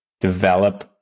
develop